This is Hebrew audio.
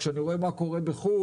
כשאני רואה מה קורה בחו"ל,